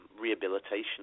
rehabilitation